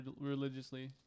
religiously